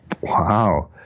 Wow